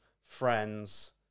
Friends